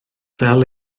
fel